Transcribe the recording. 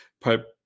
pipe